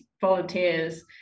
volunteers